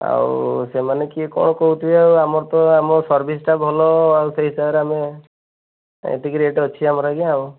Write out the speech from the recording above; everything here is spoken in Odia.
ଆଉ ସେମାନେ କିଏ କ'ଣ କହୁଥିବେ ଆଉ ଆମର ତ ଆମ ସର୍ଭିସଟା ଭଲ ଆଉ ସେଇ ହିସାବରେ ଆମେ ଏତିକି ରେଟ୍ ଅଛି ଆମର ଆଜ୍ଞା ଆଉ